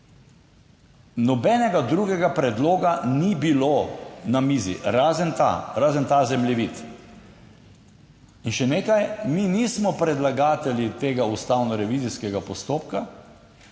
Nobenega drugega predloga ni bilo na mizi razen ta, razen ta zemljevid. In še nekaj. Mi nismo predlagatelji tega ustavnorevizijskega postopka.